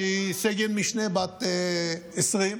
שהיא סגן-משנה בת 20,